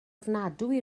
ofnadwy